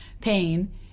pain